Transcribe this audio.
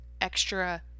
extra